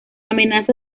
amenaza